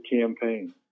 campaign